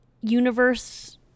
universe